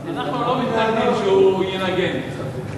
אנחנו לא מתנגדים שהוא ינגן קצת.